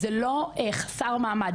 זה לא חסר מעמד.